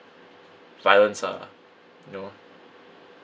violence ah you know